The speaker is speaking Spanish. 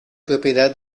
propiedad